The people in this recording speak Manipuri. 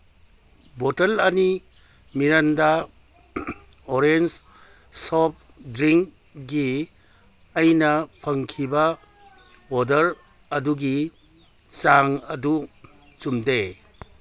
ꯕꯣꯇꯜ ꯑꯅꯤ ꯃꯤꯔꯟꯗꯥ ꯑꯣꯔꯦꯟꯖ ꯁꯣꯞ ꯗ꯭ꯔꯤꯡꯒꯤ ꯑꯩꯅ ꯐꯪꯈꯤꯕ ꯑꯣꯔꯗꯔ ꯑꯗꯨꯒꯤ ꯆꯥꯡ ꯑꯗꯨ ꯆꯨꯝꯗꯦ